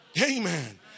Amen